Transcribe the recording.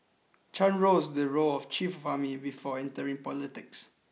Chan rose to the role of Chief of Army before entering politics